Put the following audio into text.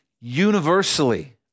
universally